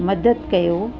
मदद कयो